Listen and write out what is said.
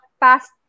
past